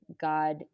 God